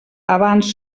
abans